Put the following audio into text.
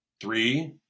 three